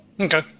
Okay